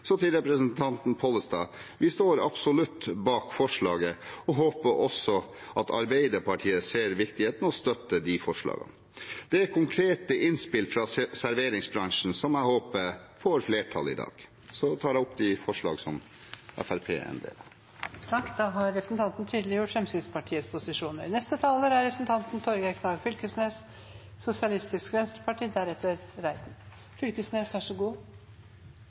Så til representanten Pollestad: Vi står absolutt bak forslaget og håper også at Arbeiderpartiet ser viktigheten i det og støtter de forslagene. Dette er konkrete innspill fra serveringsbransjen som jeg håper får flertall i dag. Det er ikkje intensjonen min i dag å køyre ein debatt som skal vare langt utover natta, og ikkje har